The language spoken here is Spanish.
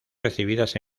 recibidas